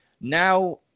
Now